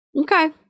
Okay